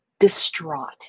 Distraught